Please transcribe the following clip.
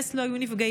בנס לא היו נפגעים.